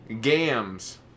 Gams